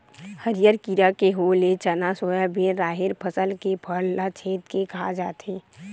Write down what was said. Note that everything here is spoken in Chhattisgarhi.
हरियर कीरा के होय ले चना, सोयाबिन, राहेर फसल के फर ल छेंद के खा जाथे